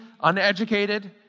uneducated